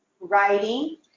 writing